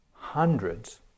hundreds